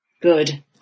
Good